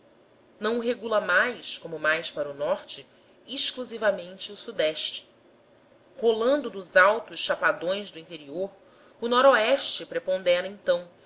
o regula mais como mais para o norte exclusivamente o se rolando dos altos chapadões do interior o no prepondera então